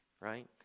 right